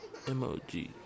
Emoji